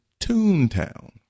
Toontown